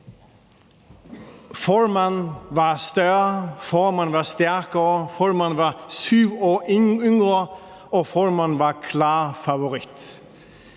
Foreman var større, Foreman var stærkere, Foreman var 7 år yngre, og Foreman var klar favorit.